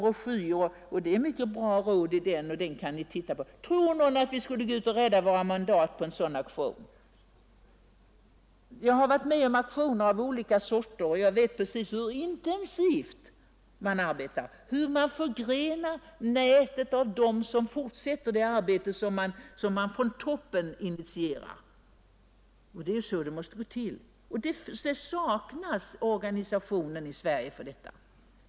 I den finns det mycket bra råd, och den broschyren kan ni titta i. — Tror någon att vi skulle kunna gå ut och rädda våra mandat på en sådan aktion? Jag har varit med om aktioner av olika sorter, och jag vet precis hur intensivt man arbetar, hur man förgrenar nätet av dem som fortsätter det arbete som man från toppen initierar. Det är ju så det måste gå till. I Sverige saknas en organisation för detta.